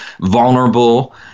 vulnerable